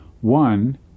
One